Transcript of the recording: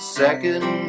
second